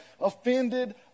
offended